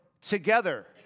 together